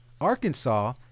Arkansas